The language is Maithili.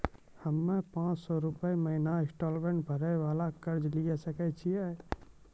हम्मय पांच सौ रुपिया महीना इंस्टॉलमेंट भरे वाला कर्जा लिये सकय छियै?